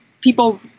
people